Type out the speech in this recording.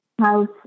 house